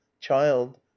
child